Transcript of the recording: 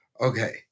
Okay